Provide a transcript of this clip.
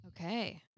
Okay